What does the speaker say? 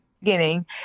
beginning